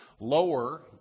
lower